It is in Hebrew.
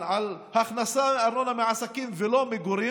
על הכנסה של ארנונה מעסקים ולא ממגורים?